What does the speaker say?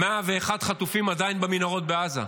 101 חטופים עדיין במנהרות בעזה.